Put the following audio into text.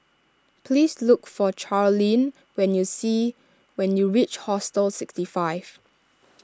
please look for Charleen when you see when you reach Hostel sixty five